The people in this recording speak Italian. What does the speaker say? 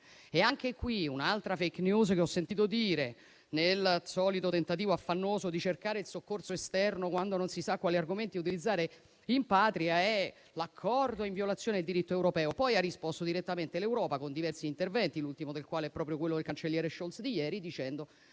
anche qui un'altra *fake news* che ho sentito dire, nel solito tentativo affannoso di cercare il soccorso esterno quando non si sa quali argomenti utilizzare in patria, è che l'accordo è in violazione del diritto europeo. Poi ha risposto direttamente l'Europa, con diversi interventi, l'ultimo dei quali è proprio quello del cancelliere Scholz di ieri, che